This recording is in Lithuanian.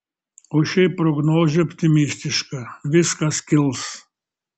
o šiaip prognozė optimistiška viskas kils